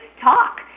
talk